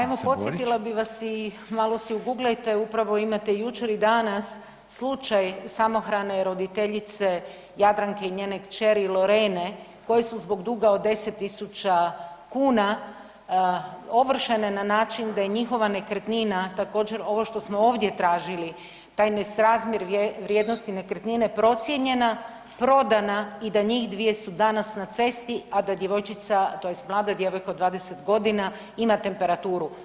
Pa evo podsjetila bih vas i malo si ugulajte, upravo imate jučer i danas slučaj samohrane roditeljice Jadranke i njene kćeri Lorene koji su zbog duga od 10 tisuća kuna ovršene na način da je njihova nekretnina također, ovo što smo ovdje tražili, taj nesrazmjer vrijednosti nekretnine procijenjena, prodana i da njih dvije su danas na cesti, a da djevojčica, tj. mlada djevojka od 20 godina ima temperaturu.